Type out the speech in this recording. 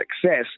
success